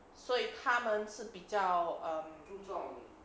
所以他们是比较 um